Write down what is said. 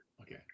Okay